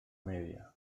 media